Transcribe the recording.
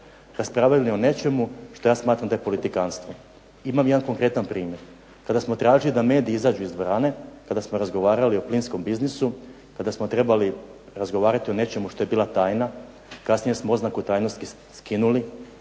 raspravljali o nečemu što ja smatram da je politikantstvo. Imam jedan konkretan primjer. Kada smo tražili da mediji izađu iz dvorane, kada smo razgovarali o plinskom biznisu, kada smo trebali razgovarati o nečemu što je bilo tajna, kasnije smo oznaku tajnosti skinuli,